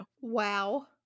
Wow